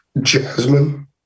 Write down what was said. jasmine